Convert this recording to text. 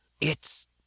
It's